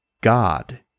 God